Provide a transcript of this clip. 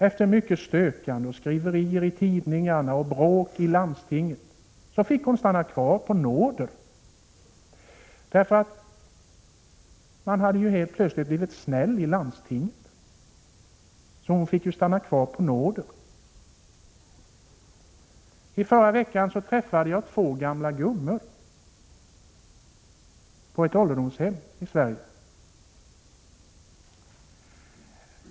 Efter mycket stökande, skriverier i tidningarna och bråk i landstinget fick hon stanna kvar på nåder — man hade helt plötsligt blivit snäll i landstinget. I förra veckan träffade jag två gamla gummor på ett ålderdomshem i Sverige.